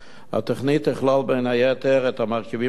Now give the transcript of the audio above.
התוכנית תכלול בין היתר את המרכיבים הבאים: